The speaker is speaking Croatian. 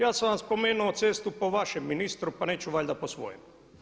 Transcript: Ja sam vam spomenuo cestu po vašem ministru, pa neću valjda po svojem.